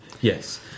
Yes